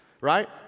right